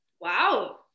Wow